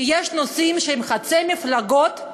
כי יש נושאים שהם חוצי מפלגות,